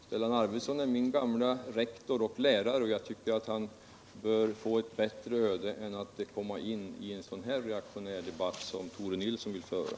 Stellan Arvidson är min gamle rektor och lärare, och jag tycker Nytt statsbidrag 130 han bör få ett bättre öde än att komma in i en så reaktionär debatt som Tore Nilsson vill föra.